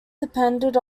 depended